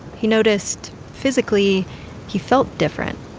he noticed physically he felt different.